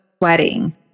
wedding